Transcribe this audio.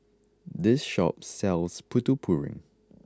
this shop sells Putu Piring